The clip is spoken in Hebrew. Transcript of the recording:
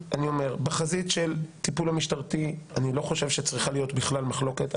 בחזית של הטיפול המשטרתי אני לא חושב שצריכה להיות בכלל מחלוקת.